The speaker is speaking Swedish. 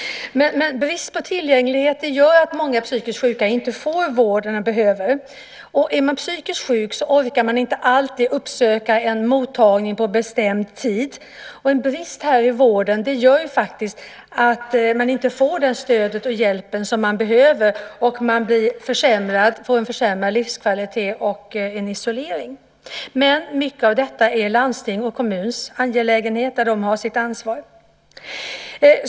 Brist på tillgänglighet gör att många psykiskt sjuka inte får den vård de behöver. Är man psykiskt sjuk orkar man inte alltid uppsöka en mottagning på bestämd tid. En brist i vården gör att man inte får det stöd och den hjälp som man behöver. Man blir då försämrad, får en försämrad livskvalitet och en isolering. Men mycket av detta är landstings och kommuners angelägenheter, där de har sitt ansvar.